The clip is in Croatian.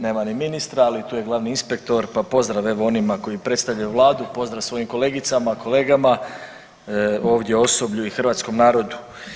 Nema ni ministra, ali tu je glavni inspektor pa pozdrav evo onima koji predstavljaju Vladu, pozdrav svojim kolegicama, kolegama, ovdje osoblju i hrvatskom narodu.